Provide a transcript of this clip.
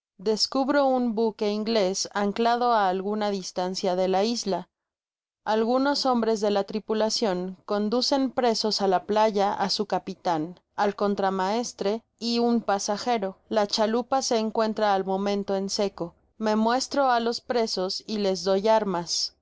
descubro un buque inglés anclado a alguna distancia do la isla algunos hombres de la tripulacion conducen presos a la playa a su capitán al contramaestre y un pasajero la chalupa se encuentra al momento en seco me muestro a los presos y les doy armas